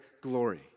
glory